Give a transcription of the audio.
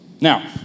Now